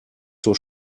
zur